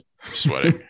sweating